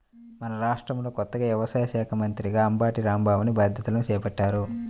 మన రాష్ట్రంలో కొత్తగా వ్యవసాయ శాఖా మంత్రిగా అంబటి రాంబాబుని బాధ్యతలను చేపట్టారు